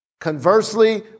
Conversely